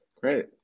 Great